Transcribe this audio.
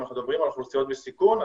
אם מדברים על אוכלוסיות בסיכון,